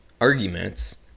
arguments